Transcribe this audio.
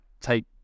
take